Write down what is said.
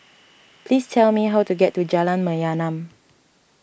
please tell me how to get to Jalan Mayaanam